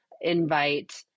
invite